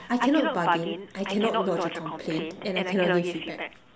I cannot bargain I cannot lodge a complain and I cannot give feedback